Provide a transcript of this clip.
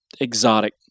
exotic